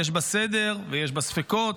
יש בה סדר ויש בה ספקות,